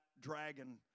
dragon